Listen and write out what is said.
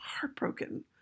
heartbroken